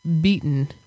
beaten